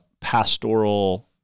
pastoral